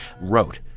wrote